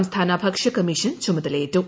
സംസ്ഥാന ഭക്ഷ്യ കമ്മീഷൻ ചുമതലയേറ്റു